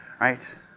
right